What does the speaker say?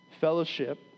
Fellowship